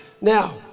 Now